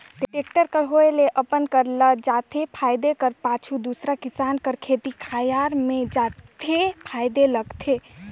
tractor कर होए ले अपन कर ल जोते फादे कर पाछू दूसर किसान कर खेत खाएर मे जोते फादे लगथे